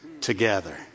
together